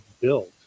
built